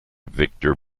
victor